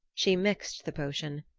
she mixed the potion.